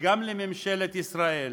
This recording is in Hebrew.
וגם לממשלת ישראל: